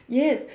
yes